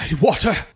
Water